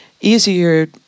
easier